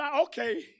okay